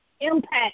impact